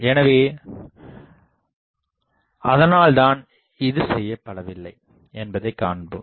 எனவே அதனால்தான் இது செய்யப்படவில்லை என்பதைக் காண்போம்